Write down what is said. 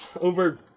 Over